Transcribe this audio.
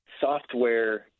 software